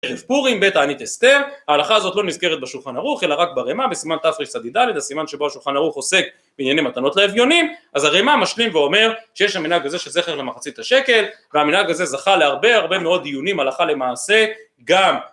ערב פורים, בתענית אסתר, ההלכה הזאת לא נזכרת בשולחן ערוך אלא רק ברמ"א בסימן תרצ"ד, הסימן שבו השולחן ערוך עוסק בענייני מתנות לאביונים אז הרמ"א משלים ואומר שיש המנהג הזה שזכר למחצית השקל, והמנהג הזה זכה להרבה הרבה מאוד דיונים, הלכה למעשה גם